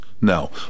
No